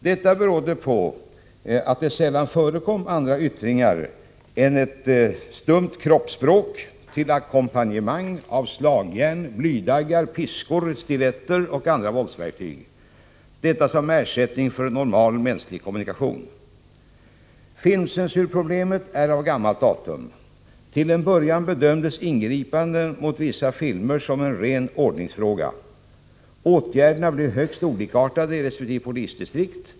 Detta berodde på att det i filmerna sällan förekom andra yttranden än ett stumt kroppsspråk till ackompanjemang av slagjärn, blydaggar, piskor, stiletter och andra våldsverktyg — detta som ersättning för en normal mänsklig kommunikation. Filmcensurproblemet är av gammalt datum. Till en början bedömdes ingripandena mot vissa filmer som en ren ordningsfråga. Åtgärderna blev högst olikartade i resp. polisdistrikt.